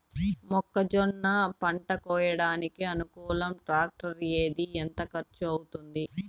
మొక్కజొన్న పంట కోయడానికి అనుకూలం టాక్టర్ ఏది? ఎంత ఖర్చు అవుతుంది?